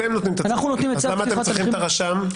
אז למה אתם צריכים את הרשם?